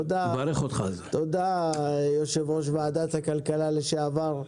תודה יושב ראש וועדת הכלכלה לשעבר,